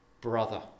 brother